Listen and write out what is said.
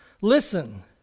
Listen